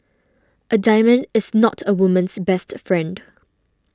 a diamond is not a woman's best friend